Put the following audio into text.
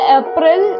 april